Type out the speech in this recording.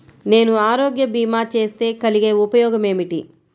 నేను ఆరోగ్య భీమా చేస్తే కలిగే ఉపయోగమేమిటీ?